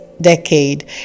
decade